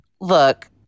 look